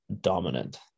dominant